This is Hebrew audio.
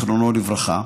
זיכרונו לברכה,